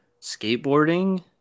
Skateboarding